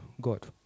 God